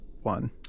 one